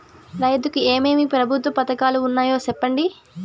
రైతుకు ఏమేమి ప్రభుత్వ పథకాలు ఉన్నాయో సెప్పండి?